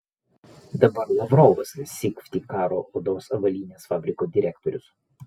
dabar lavrovas syktyvkaro odos ir avalynės fabriko direktorius